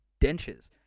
dentures